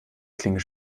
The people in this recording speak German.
klinge